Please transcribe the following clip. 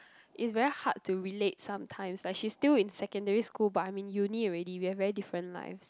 it's very hard to relate sometimes like she's still in secondary school but I'm in uni already we have very different lives